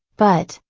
but,